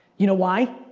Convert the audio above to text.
you know why?